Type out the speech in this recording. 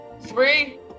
Three